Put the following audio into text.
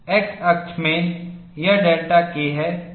X अक्ष में यह डेल्टा K है